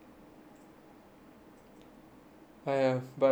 !haiya! but actually I mean that's quite a lot sia